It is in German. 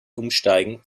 umsteigen